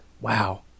Wow